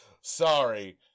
sorry